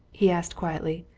he asked quietly.